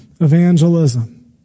evangelism